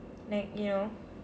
like you know